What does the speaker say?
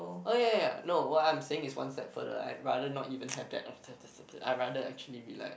oh ya ya ya no what I'm saying is one step further I'd rather not even have that I rather actually rely